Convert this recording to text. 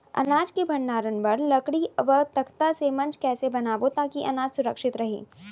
अनाज के भण्डारण बर लकड़ी व तख्ता से मंच कैसे बनाबो ताकि अनाज सुरक्षित रहे?